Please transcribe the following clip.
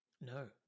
No